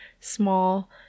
small